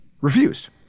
Refused